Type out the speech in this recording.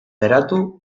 geratu